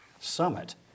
Summit